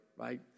right